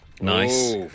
Nice